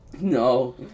No